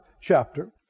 chapter